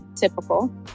typical